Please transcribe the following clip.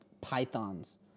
pythons